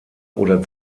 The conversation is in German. oder